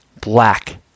black